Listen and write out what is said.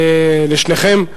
לשניכם,